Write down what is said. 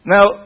Now